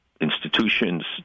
institutions